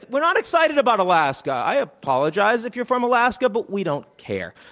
we're not excited about alaska. i apologize if you're from alaska, but we don't care.